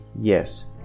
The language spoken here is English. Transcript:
yes